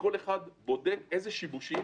כל אחד בודק איזה שיבושים